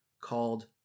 called